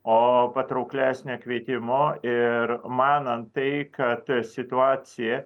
o patrauklesnio kvietimo ir manant tai kad situacija